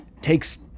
takes